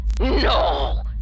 No